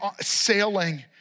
sailing